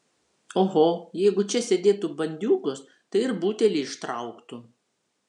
oho jeigu čia sėdėtų bandiūgos tai ir butelį ištrauktų